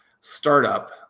startup